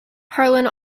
harlan